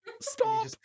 stop